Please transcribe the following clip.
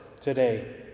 today